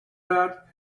that